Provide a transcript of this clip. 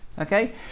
Okay